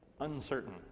Uncertain